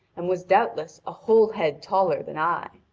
and was doubtless a whole head taller than i.